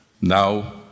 Now